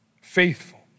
faithful